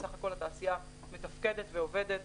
בסך הכול, התעשייה מתפקדת ועובדת.